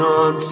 on